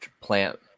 plant